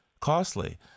costly